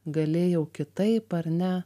galėjau kitaip ar ne